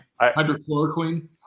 Hydrochloroquine